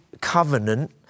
covenant